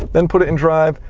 then put it in drive,